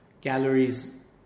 Galleries